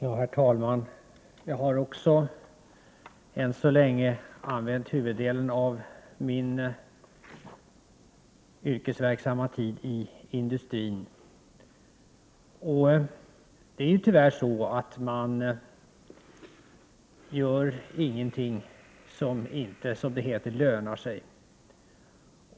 Herr talman! Också jag har tillbringat huvuddelen av min yrkesverksamma tid i industrin, och det är tyvärr så att man där inte gör någonting som inte, som det heter, lönar sig.